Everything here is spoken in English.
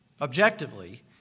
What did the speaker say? objectively